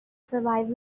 survive